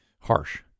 harsh